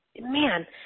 man